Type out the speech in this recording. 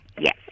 Yes